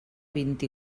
vint